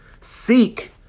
Seek